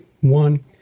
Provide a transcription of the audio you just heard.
One